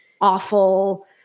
awful